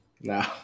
No